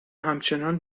همچنان